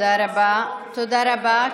תודה רבה.